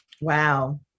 Wow